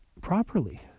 properly